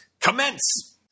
Commence